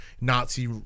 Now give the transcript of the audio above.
Nazi